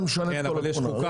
אבל שם יש חוקה.